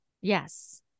Yes